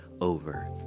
over